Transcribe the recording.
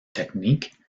technique